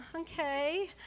okay